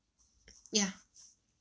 ya